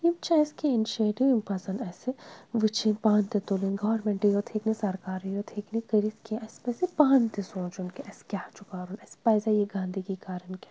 یِم چھِ اَسہِ کینٛہہ اِنشیٹِو یِم پزَن اَسہِ وٕچھِنۍ پانہٕ تہِ تُلٕنۍ گورمینٹٕے یوت ہیٚکہِ نہٕ سرکارٕے یوت ہیٚکہِ نہٕ کٔرِتھ کینٛہہ اَسہِ پَزِ پانہٕ تہِ سونٛچُن کہِ اَسہِ کیاہ چھُ کَرُن اَسہِ پزا یہِ گندگی کَرٕنۍ کِنہٕ نہ